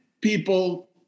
people